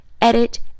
edit